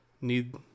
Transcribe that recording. need